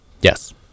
Yes